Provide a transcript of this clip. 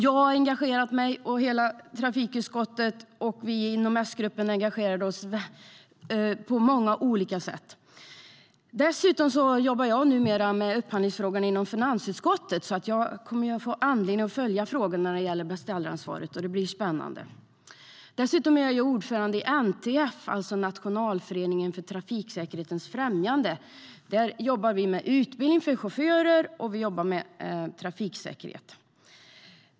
Jag har engagerat mig, liksom hela trafikutskottet, och inom S-gruppen har vi engagerat oss på många olika sätt. Jag jobbar numera med upphandlingsfrågorna i finansutskottet och kommer att få anledning att följa frågan om beställaransvaret. Det blir spännande. Jag är också ordförande i NTF, Nationalföreningen för trafiksäkerhetens främjande. Där jobbar vi med utbildning för chaufförer och med trafiksäkerhet.